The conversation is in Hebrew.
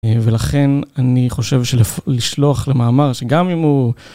ולכן אני חושב שלשלוח למאמר שגם אם הוא...